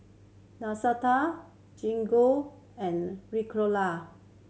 Gingko and Ricola